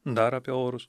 dar apie orus